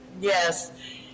yes